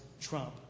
trump